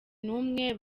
numwe